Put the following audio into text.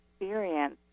experience